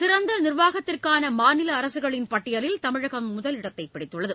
சிறந்த நிர்வாகத்திற்கான மாநில அரசுகளின் பட்டியலில் தமிழகம் முதலிடத்தை பிடித்துள்ளது